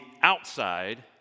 outside